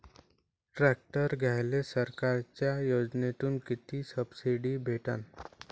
Tractor घ्यायले सरकारच्या योजनेतून किती सबसिडी भेटन?